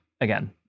again